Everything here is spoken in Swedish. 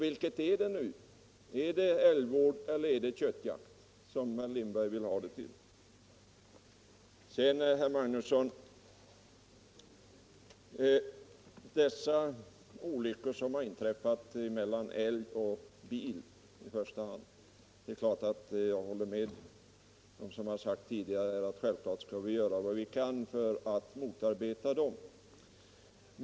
Vilket är det herr Lindberg vill ha det till? Är det älgvård eller köttjakt? När det gäller de olyckor som har inträffat genom kollision mellan älg och i första hand bil är det klart, herr Magnusson i Kristinehamn, att jag håller med dem som tidigare sagt att vi skall göra vad vi kan för att motarbeta sådana olyckor.